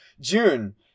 June